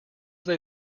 they